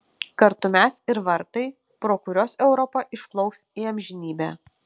kartu mes ir vartai pro kuriuos europa išplauks į amžinybę